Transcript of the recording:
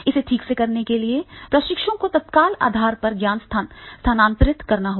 इसे ठीक से करने के लिए प्रशिक्षुओं को तत्काल आधार पर ज्ञान स्थानांतरित करना होगा